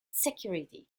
security